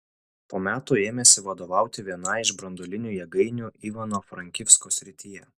po metų ėmėsi vadovauti vienai iš branduolinių jėgainių ivano frankivsko srityje